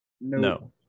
No